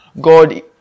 God